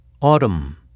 Autumn